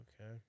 Okay